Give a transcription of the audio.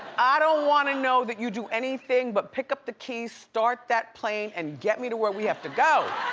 i don't wanna know that you do anything but pick up the keys, start that plane, and get me to where we have to go.